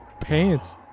pants